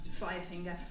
Firefinger